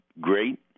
great